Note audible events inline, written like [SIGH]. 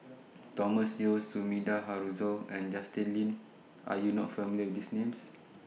[NOISE] Thomas Yeo Sumida Haruzo and Justin Lean Are YOU not familiar with These Names